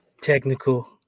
Technical